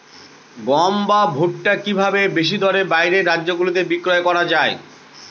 গম বা ভুট্ট কি ভাবে বেশি দরে বাইরের রাজ্যগুলিতে বিক্রয় করা য়ায়?